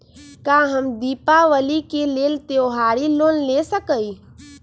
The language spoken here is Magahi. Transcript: का हम दीपावली के लेल त्योहारी लोन ले सकई?